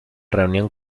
reunión